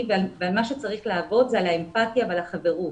ועל מה שצריך לעבוד זה על האמפתיה ועל החברות.